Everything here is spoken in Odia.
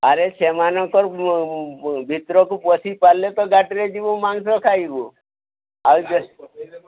ଆରେ ସେମାନଙ୍କର ଭିତରକୁ ପଶି ପାରିଲେ ତ ଗାଡ଼ିରେ ଯିବୁ ମାଂସ ଖାଇବୁ ଆଉ ଯେ